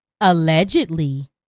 Allegedly